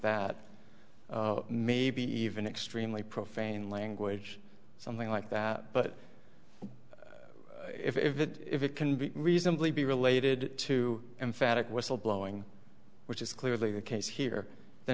that maybe even extremely profane language something like that but if it if it can be reasonably be related to emphatic whistle blowing which is clearly the case here th